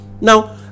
Now